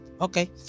Okay